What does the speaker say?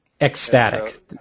ecstatic